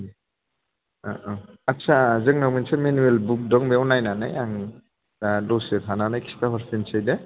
आत्सा जोंनाव मोनसे मेनुयेल बुख दं बेयाव नायनानै आं दा दसे थानानै खिथाहरफिनसै दे